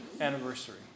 anniversary